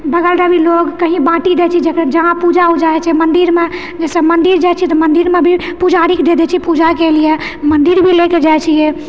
बगलमे भी लोगके भी बाँटी दए छिऐ जहाँ पूजा उजा हइ छै मंदिरमे जैसे मंदिर जाइ छिऐ तऽ मंदिरमे भी पुजारीके दे दे छिऐ पूजाके लिअऽ मंदिर भी लेके जाइ छिऐ